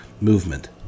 movement